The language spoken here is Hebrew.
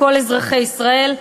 כל אזרחי ישראל.